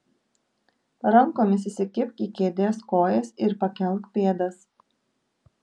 rankomis įsikibk į kėdės kojas ir pakelk pėdas